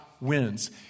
wins